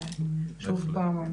שוב פעם,